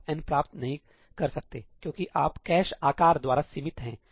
आप n प्राप्त नहीं कर सकते क्योंकि आप कैशआकार द्वारा सीमित हैं